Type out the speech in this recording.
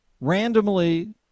randomly